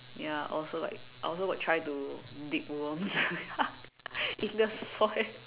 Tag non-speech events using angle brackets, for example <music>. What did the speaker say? ya also like I also got try to dig worms <laughs> in the soil <laughs>